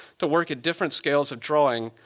to work at different scales of drawing,